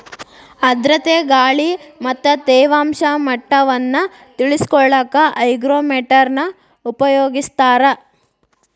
ಆರ್ಧ್ರತೆ ಗಾಳಿ ಮತ್ತ ತೇವಾಂಶ ಮಟ್ಟವನ್ನ ತಿಳಿಕೊಳ್ಳಕ್ಕ ಹೈಗ್ರೋಮೇಟರ್ ನ ಉಪಯೋಗಿಸ್ತಾರ